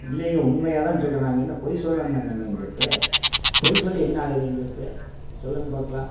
இல்லைங்க உண்மையாக தான் சொல்கிறேன் நாங்கள் என்ன பொய் சொல்லோணுன்னுங்க எங்களுக்கு பொய் சொல்லி என்னாகுது எங்களுக்கு சொல்லுங்க பார்க்கலாம்